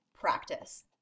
practice